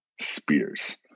spears